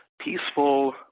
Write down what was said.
peaceful